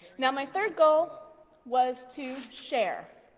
now my third goal was to share,